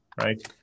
right